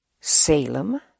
Salem